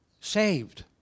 saved